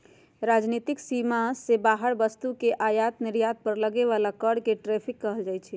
राजनीतिक सीमा से बाहर वस्तु के आयात निर्यात पर लगे बला कर के टैरिफ कहल जाइ छइ